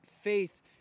Faith